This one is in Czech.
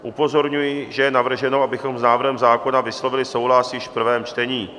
Upozorňuji, že je navrženo, abychom s návrhem zákona vyslovili souhlas již v prvém čtení.